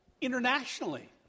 internationally